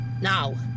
Now